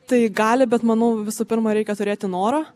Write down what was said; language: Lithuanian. tai gali bet manau visų pirma reikia turėti noro